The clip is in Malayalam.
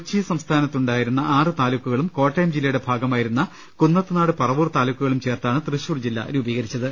കൊച്ചി സംസ്ഥാനത്ത് ഉണ്ടായിരുന്ന ആറു താലൂക്കുകളും കോട്ടയം ജില്ലയുടെ ഭാഗമായി രുന്ന കുന്നത്തുനാട് പറവൂർ താലൂക്കുകളും ചേർത്താണ് തൃശൂർ ജില്ല രൂപീകരി ച്ചത്